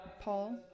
Paul